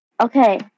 Okay